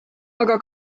aga